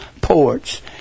ports